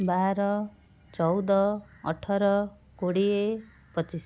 ବାର ଚଉଦ ଅଠର କୋଡ଼ିଏ ପଚିଶ